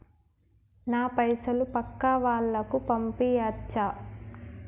నా పైసలు పక్కా వాళ్ళకు పంపియాచ్చా?